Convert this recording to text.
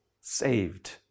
saved